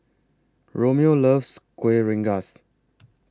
Romeo loves Kuih Rengas